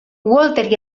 walter